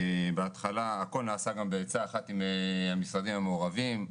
בהתחלה הכול נעשה בהיצע אחד עם המשרדים המעורבים,